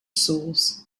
souls